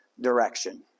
direction